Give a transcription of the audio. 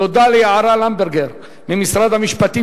תודה ליערה למברגר ממשרד המשפטים,